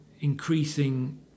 increasing